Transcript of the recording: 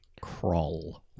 Crawl